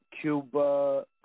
Cuba